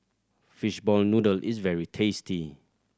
fishball noodle is very tasty